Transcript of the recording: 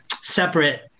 separate